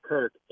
Kirk